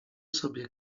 sobie